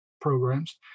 programs